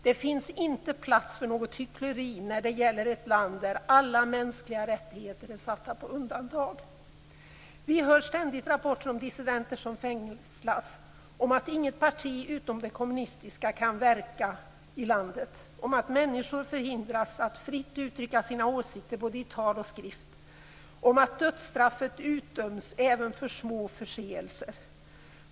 Det finns inte plats för något hyckleri när det gäller ett land där alla mänskliga rättigheter är satta på undantag. Vi hör ständigt rapporter om dissidenter som fängslas, om att inget parti utom det kommunistiska kan verka i landet, om att människor förhindras att fritt uttrycka sina åsikter både i tal och skrift, om att dödsstraff utdöms även för små förseelser.